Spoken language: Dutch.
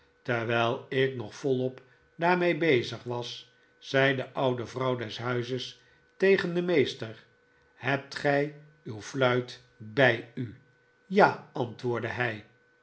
terwijl ik nog volop daarmee bezig was zei de oude vrouw des huizes tegen den meester hebt gij uw fluit bij u ja antwoordde hij